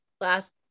Last